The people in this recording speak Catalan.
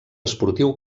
esportiu